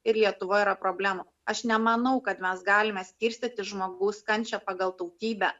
ir lietuvoj yra problemų aš nemanau kad mes galime skirstyti žmogaus kančią pagal tautybę